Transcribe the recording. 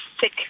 sick